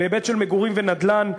בהיבט של מגורים ונדל"ן,